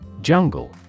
Jungle